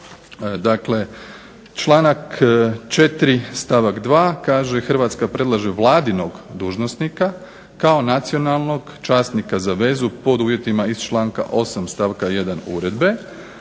2. kaže: "Hrvatska predlaže vladinog dužnosnika kao nacionalnog časnika za vezu pod uvjetima iz članka 8. stavka